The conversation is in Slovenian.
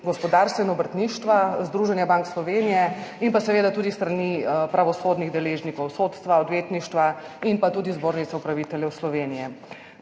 gospodarstva in obrtništva, Združenja bank Slovenije in seveda tudi s strani pravosodnih deležnikov, sodstva, odvetništva in tudi Zbornice upraviteljev Slovenije.